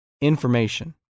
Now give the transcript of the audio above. information